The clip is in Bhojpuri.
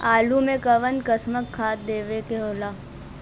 आलू मे कऊन कसमक खाद देवल जाई?